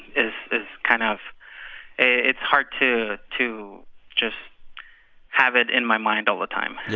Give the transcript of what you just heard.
it's kind of it's hard to to just have it in my mind all the time yeah,